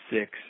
six